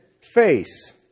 face